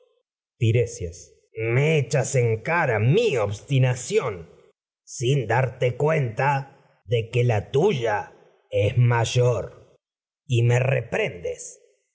me echas en cara obstinación sin darte cuenta de que la túya es mayor y me reprendes